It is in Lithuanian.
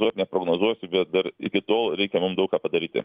neprognozuosiu bet dar iki tol reikia daug ką padaryti